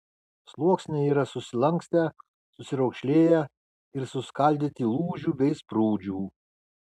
sluoksniai yra susilankstę susiraukšlėję ir suskaldyti lūžių bei sprūdžių